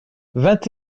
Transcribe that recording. vingt